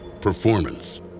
performance